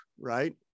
Right